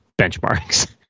benchmarks